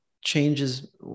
changes